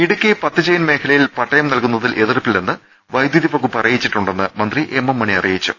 ഇടുക്കി പത്തുചെയിൻ മേഖലയിൽ പട്ടയ്ക് നൽകുന്നതിൽ എതിർപ്പില്ലെന്ന് വൈദ്യുതി വകുപ്പ് അറിയിച്ചിട്ടുണ്ടെന്ന് മന്ത്രി എം എം മണി അറിയിച്ചു